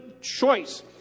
choice